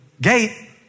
gate